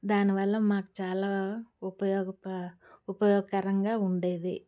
దానివల్ల మాకు చాలా ఉపయోగ ఉపయోగకరంగా ఉండేది